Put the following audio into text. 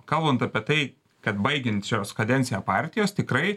kalbant apie tai kad baigiančios kadenciją partijos tikrai